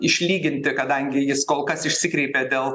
išlyginti kadangi jis kol kas išsikreipė dėl